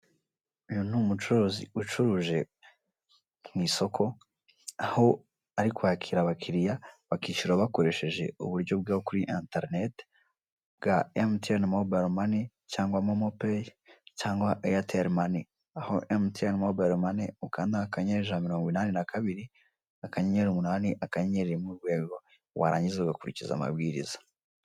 Uyu ni umucuruzi, ucuruje mwisoko, aho arikwakira abakiriya bakishyura akoresheje uburyo bwo kuri enterinete bwa emutiyeni mobayiro mani cyangwa momopeyi cyangwa eyateri mani, aho emutiyeni mobayiro mani ukand akanyenyeri ijana namirongo inani na kabiri akanyenyeri umunani urwego warangiza ugakurikiza amabwiriza.